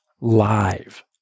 live